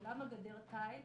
ולמה גדר תיל?